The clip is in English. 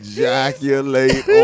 Ejaculate